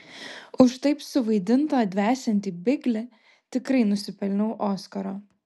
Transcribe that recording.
už taip suvaidintą dvesiantį biglį tikrai nusipelniau oskaro